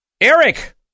Eric